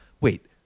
wait